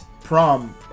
prom